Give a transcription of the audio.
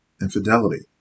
infidelity